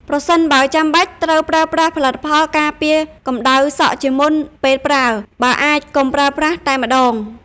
ប្រសិនបើចាំបាច់ ត្រូវប្រើប្រាស់ផលិតផលការពារកម្ដៅសក់ជាមុនពេលប្រើ បើអាចកុំប្រើប្រាស់តែម្តង ។